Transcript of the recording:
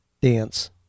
dance